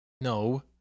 no